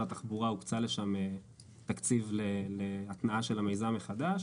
התחבורה הוקצה תקציב להתנעת המיזם מחדש